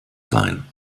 sein